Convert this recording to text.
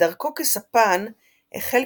את דרכו כספן החל,